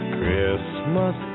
Christmas